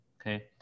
Okay